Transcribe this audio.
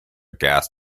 gas